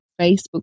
facebook